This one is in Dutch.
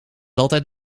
altijd